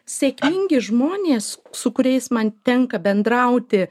sėkmingi žmonės su kuriais man tenka bendrauti